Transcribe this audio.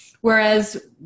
whereas